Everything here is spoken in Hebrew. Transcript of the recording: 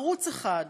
ערוץ אחד,